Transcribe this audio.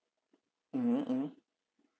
mmhmm mmhmm